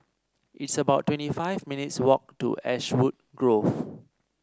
it's about twenty five minutes' walk to Ashwood Grove